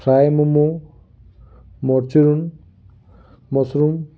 fry momo ମରଚୁରନ୍ mushroom